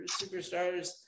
superstars